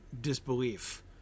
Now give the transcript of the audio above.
disbelief